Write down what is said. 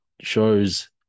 shows